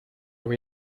voy